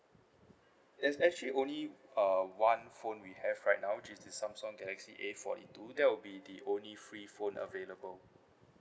it's actually only uh one phone we have right now which is the samsung galaxy A forty two that will be the only free phone available